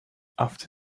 after